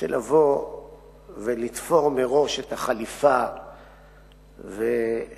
שלבוא ולתפור מראש את החליפה ולהחליט